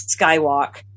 Skywalk